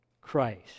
Christ